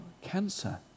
cancer